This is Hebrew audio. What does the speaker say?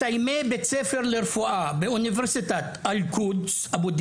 מסיימי בית ספר לרפואה באוניברסיטת אבו דיס אל-קודס.